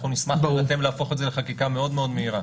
אנחנו נשמח להירתם להפוך את זה לחקיקה מאוד מאוד מהירה.